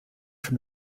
from